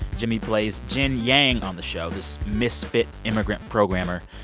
jimmy plays jian-yang on the show, this misfit immigrant programmer.